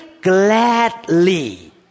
gladly